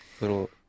little